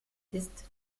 ist